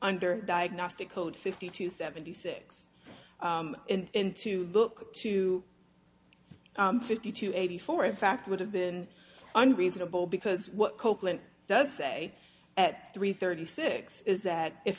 under diagnostic code fifty to seventy six and to look to fifty to eighty four in fact would have been unreasonable because what copeland does say at three thirty six is that if